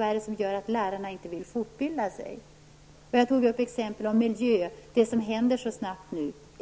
är det som gör att lärarna inte vill fortbilda sig? Jag gav då exempel på miljön och saker som händer så snabbt omkring oss.